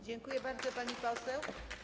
Dziękuję bardzo, pani poseł.